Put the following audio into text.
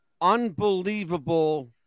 unbelievable